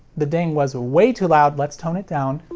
the ding was ah way too loud, let's tone it down.